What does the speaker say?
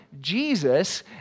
Jesus